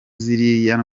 ziriya